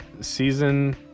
season